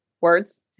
words